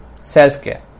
self-care